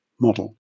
model